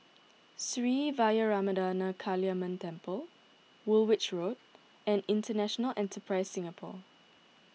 Sri Vairavimada Kaliamman Temple Woolwich Road and International Enterprise Singapore